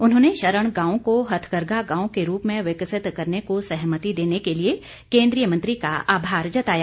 उन्होंने शरण गांव को हथकरघा गांव के रूप में विकसित करने को सहमति देने के लिए केन्द्रीय मंत्री का आभार जताया